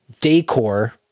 decor